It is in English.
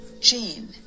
gene